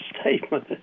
statement